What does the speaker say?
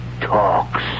talks